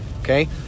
Okay